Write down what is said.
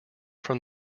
from